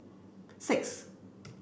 six